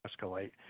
escalate